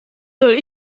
soll